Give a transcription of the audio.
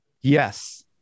Yes